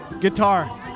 Guitar